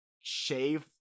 shave